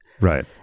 right